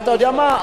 אתה יודע מה?